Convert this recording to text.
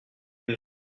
une